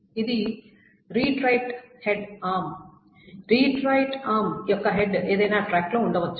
ఇది read write head arm read write arm యొక్క head ఏదైనా ట్రాక్లో ఉంచవచ్చు